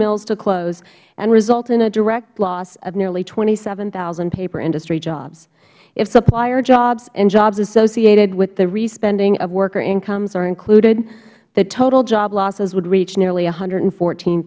mills to close and result in a direct loss of nearly twenty seven zero paperindustry jobs if supplier jobs and jobs associated with the respending of worker incomes are included the total job losses would reach nearly one hundred and fourteen